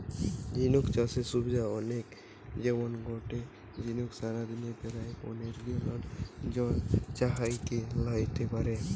ঝিনুক চাষের সুবিধা অনেক যেমন গটে ঝিনুক সারাদিনে প্রায় পনের গ্যালন জল ছহাকি লেইতে পারে